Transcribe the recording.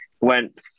Went